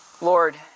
Lord